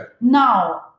Now